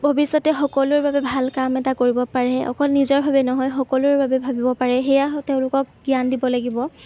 ভৱিষ্যতে সকলোৰে বাবে ভাল কাম এটা কৰিব পাৰে অকল নিজৰ বাবে নহয় সকলোৰে বাবে ভাবিব পাৰে সেইয়া তেওঁলোকক জ্ঞান দিব লাগিব